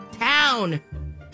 Town